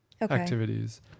activities